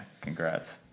congrats